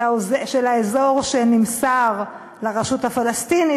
של האזור שנמסר לרשות הפלסטינית.